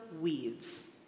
weeds